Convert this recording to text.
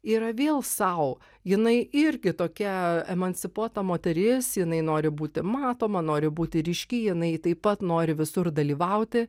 yra vėl sau jinai irgi tokia emancipuota moteris jinai nori būti matoma nori būti ryški jinai taip pat nori visur dalyvauti